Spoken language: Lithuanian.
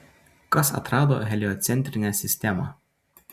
kas atrado heliocentrinę sistemą